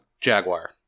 Jaguar